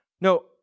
No